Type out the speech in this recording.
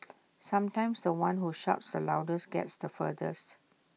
sometimes The One who shouts the loudest gets the furthest